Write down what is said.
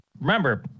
remember